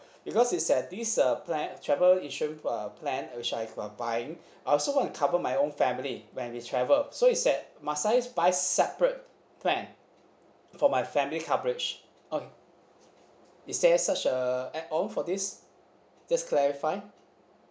because is at this uh plan travel insurance uh plan which I've uh buying I also want cover my own family when we travel so is at must I buy separate plan for my family coverage um is there such a add on for this just clarify